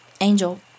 Angel